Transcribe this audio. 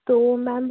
तो मैम